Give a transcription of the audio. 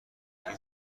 این